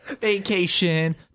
Vacation